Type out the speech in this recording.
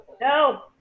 no